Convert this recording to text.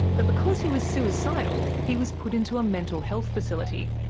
but because he was suicidal he was put into a mental health facility.